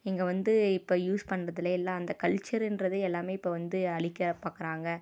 இங்கே வந்து இப்போ யூஸ் பண்ணுறதில்ல எல்லாம் அந்த கல்ச்சருன்றதே எல்லாம் இப்போ வந்து அழிக்க பார்க்குறாங்க